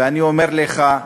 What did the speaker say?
ואני אומר לך,